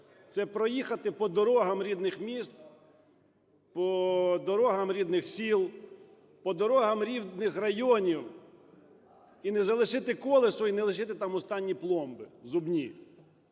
Це проїхати по дорогам рідних міст, по дорогам рідних сіл, по дорогам рідних районів - і не залишити колесо, і не лишити там останні пломби зубні.